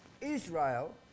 Israel